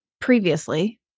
previously